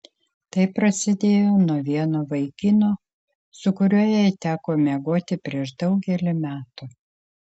tai prasidėjo nuo vieno vaikino su kuriuo jai teko miegoti prieš daugelį metų